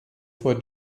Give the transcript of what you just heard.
for